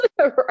Right